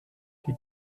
die